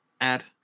add